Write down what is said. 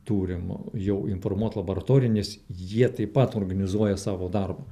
turim jau informuot laboratoriją nes jie taip pat organizuoja savo darbą